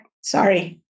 sorry